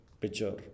picture